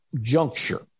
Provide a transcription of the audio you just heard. juncture